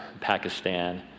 Pakistan